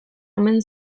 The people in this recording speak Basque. omen